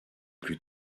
plus